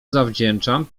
zawdzięczam